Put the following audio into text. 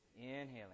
inhaling